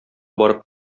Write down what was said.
барып